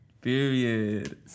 Period